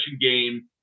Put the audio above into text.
game